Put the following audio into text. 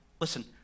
Listen